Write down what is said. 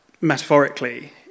metaphorically